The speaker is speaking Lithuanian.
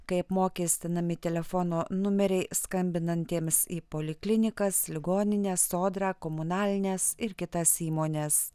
kai apmokestinami telefono numeriai skambinantiems į poliklinikas ligonines sodrą komunalines ir kitas įmones